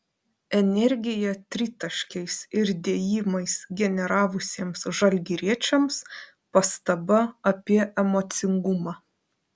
energiją tritaškiais ir dėjimais generavusiems žalgiriečiams pastaba apie emocingumą